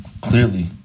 clearly